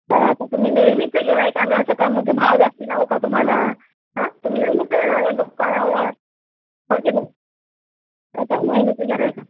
ताई आता तुम्ही नेहमीचं गिऱ्हाईक आम्ही असं का मग भाव जास्त लावू का तुम्हाला हां तुम्ही नेहमीचे येणारे दुकानावर हो की नाही नाही का नेहमीचे गिऱ्हाईक हा